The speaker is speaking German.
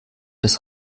des